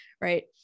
Right